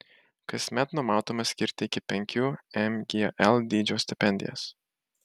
kasmet numatoma skirti iki penkių mgl dydžio stipendijas